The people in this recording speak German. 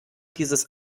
dieses